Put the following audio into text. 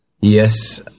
Yes